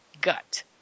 gut